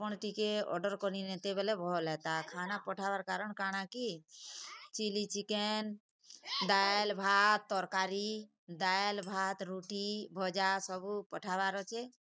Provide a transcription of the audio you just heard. ଆପଣ ଟିକେ ଅର୍ଡ଼ର୍ କରି ନେତେ ବୋଲି ଭଲ୍ ହେତା ଖାନା ପଠାବାର୍ କାରଣ କାଣା କି ଚି଼ଲି ଚିକେନ୍ ଡ଼ାଲ୍ ଭାତ ତରକାରୀ ଡ଼ାଲ୍ ଭାତ ରୁଟି ଭଜା ସବୁ ପଠାବାର୍ ଅଛେ